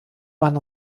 wann